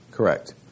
Correct